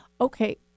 Okay